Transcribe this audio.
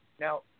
Now